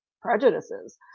Prejudices